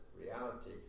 reality